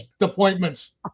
appointments